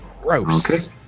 Gross